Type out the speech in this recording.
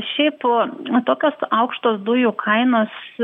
šiaip tokios aukštos dujų kainos